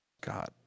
God